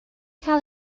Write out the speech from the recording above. cael